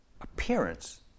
appearance